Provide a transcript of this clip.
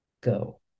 go